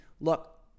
look